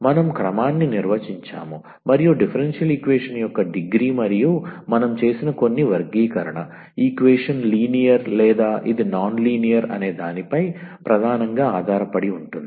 మనం క్రమాన్ని నిర్వచించాము మరియు డిఫరెన్షియల్ ఈక్వేషన్ యొక్క డిగ్రీ మరియు మనం చేసిన కొన్ని వర్గీకరణ ఈక్వేషన్ లినియర్ లేదా ఇది నాన్ లినియర్ అనే దానిపై ప్రధానంగా ఆధారపడి ఉంటుంది